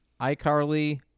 iCarly